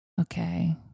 Okay